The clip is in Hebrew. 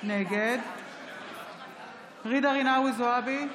נגד ג'ידא רינאוי זועבי,